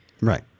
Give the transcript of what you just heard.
Right